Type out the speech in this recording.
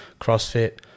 CrossFit